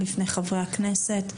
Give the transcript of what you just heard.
בפני חברי הכנסת.